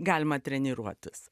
galima treniruotis